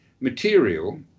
material